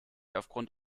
aufgrund